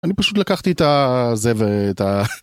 אני פשוט לקחתי את ה... זה ואת ה...